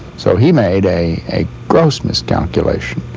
so he made a a gross miscalculation.